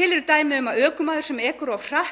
Til eru dæmi um að ökumaður sem ekur of hratt